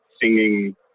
singing